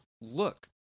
look